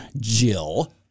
Jill